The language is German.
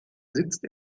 sitzt